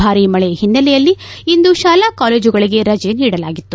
ಭಾರೀ ಮಳೆ ಹಿನ್ನೆಲೆಯಲ್ಲಿ ಇಂದು ಶಾಲಾ ಕಾಲೇಜುಗಳಿಗೆ ರಜೆ ನೀಡಲಾಗಿತ್ತು